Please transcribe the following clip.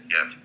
Yes